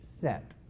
set